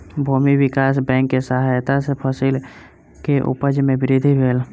भूमि विकास बैंक के सहायता सॅ फसिल के उपज में वृद्धि भेल